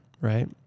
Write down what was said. right